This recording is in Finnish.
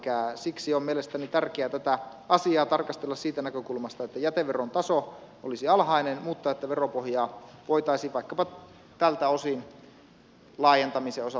elikkä siksi on mielestäni tärkeää tätä asiaa tarkastella siitä näkökulmasta että jäteveron taso olisi alhainen mutta että veropohjaa voitaisiin vaikkapa tältä osin laajentamisen osalta tutkia